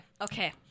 Okay